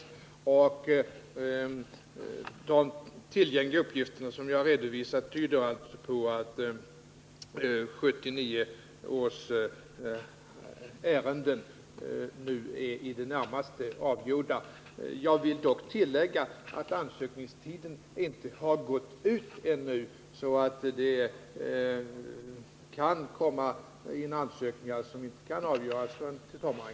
De uppgifter som finns tillgängliga och som jag har redovisat tyder alltså på att 1979 års ärenden nu i det närmaste är avgjorda. Jag vill dock tillägga att ansökningstiden ännu inte har gått ut. Det kan därför inkomma ansökningar som kanske inte kan avgöras förrän till sommaren.